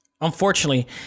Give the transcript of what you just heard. Unfortunately